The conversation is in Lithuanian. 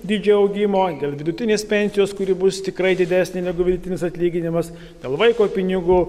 dydžio augimo dėl vidutinės pensijos kuri bus tikrai didesnė negu vidutinis atlyginimas dėl vaiko pinigų